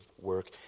work